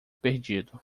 perdido